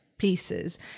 pieces